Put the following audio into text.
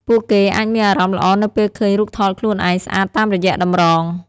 ពួកគេអាចមានអារម្មណ៍ល្អនៅពេលឃើញរូបថតខ្លួនឯងស្អាតតាមរយៈតម្រង។